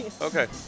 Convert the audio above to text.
Okay